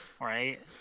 right